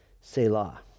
Selah